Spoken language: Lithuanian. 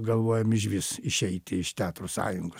galvojam ižvis išeiti iš teatro sąjungos